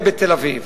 רציפות,